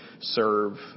serve